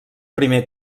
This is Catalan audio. primer